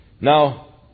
Now